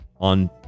on